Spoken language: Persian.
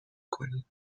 کنید